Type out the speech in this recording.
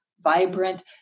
vibrant